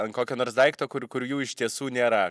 ant kokio nors daikto kur kur jų iš tiesų nėra